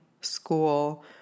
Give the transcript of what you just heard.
school